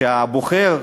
שהבוחר,